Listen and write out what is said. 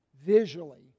visually